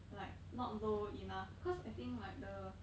like not low enough cause I think like the